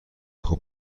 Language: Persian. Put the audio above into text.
خوب